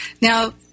now